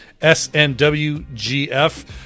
SNWGF